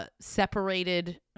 Separated